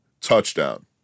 touchdown